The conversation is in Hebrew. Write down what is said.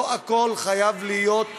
לא הכול חייב להיות פוליטי.